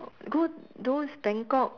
go those bangkok